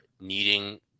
needing